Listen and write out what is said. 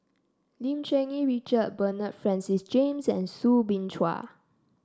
Lim Cherng Yih Richard Bernard Francis James and Soo Bin Chua